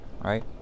Right